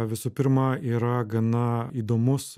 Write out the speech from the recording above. visų pirma yra gana įdomus